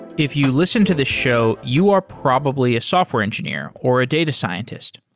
if you listen to this show, you are probably a software engineer or a data scientist.